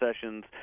Sessions